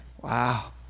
wow